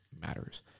matters